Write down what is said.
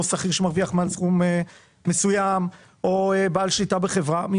שכיר שמרוויח מעל סכום מסוים או בעל שליטה בחברה אם